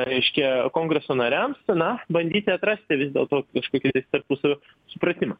reiškia kongreso nariams na bandyti atrasti vis dėlto kažkokį tais tarpusavio supratimą